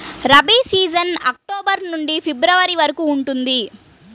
rabi season October నుండి February వరకు ఉంటుంది